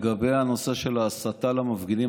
לגבי הנושא של ההסתה והמפגינים,